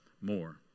more